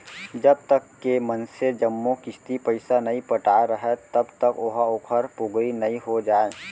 जब तक के मनसे जम्मो किस्ती पइसा नइ पटाय राहय तब तक ओहा ओखर पोगरी नइ हो जाय